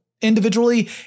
Individually